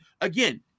again